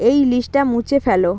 এই লিস্টটা মুছে ফেলো